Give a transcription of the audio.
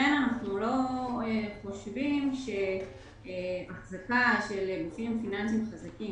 אנחנו לא חושבים שהחזקה של גופים פיננסיים חזקים